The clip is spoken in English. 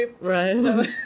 right